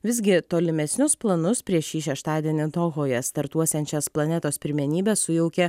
visgi tolimesnius planus prieš šį šeštadienį dohoje startuosiančias planetos pirmenybes sujaukė